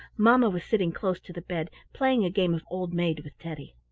mamma was sitting close to the bed playing a game of old maid with teddy.